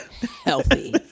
healthy